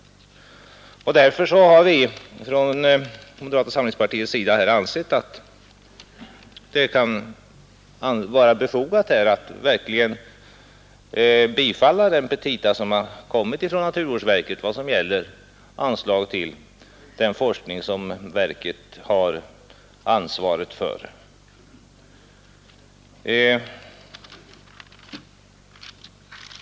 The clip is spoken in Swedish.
Därför har vi i moderata samlingspartiet ansett det verkligt befogat att bifalla de petita som kommit från naturvårdsverket och som gäller anslag till den forskning som verket har ansvaret för.